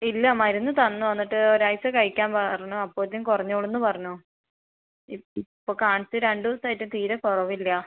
ഇല്ല മരുന്ന് തന്നു എന്നിട്ട് ഒരാഴ്ച കഴിക്കാൻ പറഞ്ഞു അപ്പോഴെക്കും കുറഞ്ഞോളുമെന്ന് പറഞ്ഞു ഇപ്പോൾ കാണിച്ചു രണ്ടുദിസായിട്ടും തീരെ കുറവില്ല